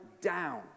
down